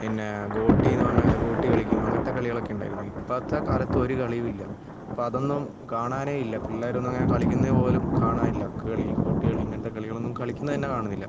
പിന്നേ ഗോട്ടിയെന്നു പറഞ്ഞ ഗോട്ടി കളിക്കും അങ്ങനത്തെ കളികളൊക്കെ ഉണ്ടായിരുന്നു ഇപ്പോഴത്തെക്കാലത്ത് ഒരു കളിയുമില്ല ഇപ്പോഴതൊന്നും കാണാനേയില്ല പിള്ളേരൊന്നും അങ്ങനെ കളിക്കുന്നതുപോലും കാണാനില്ല അക്ക് കളി ഗോട്ടികളി ഇങ്ങനത്തെ കളികളൊന്നും കളിക്കുന്നത് തന്നെ കാണുന്നില്ല